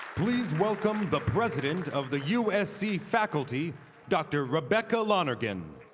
please welcome the president of the usc faculty dr. rebecca lonergan